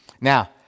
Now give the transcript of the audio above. Now